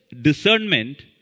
discernment